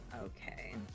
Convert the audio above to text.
Okay